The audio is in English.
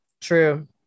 true